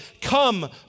come